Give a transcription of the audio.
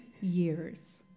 years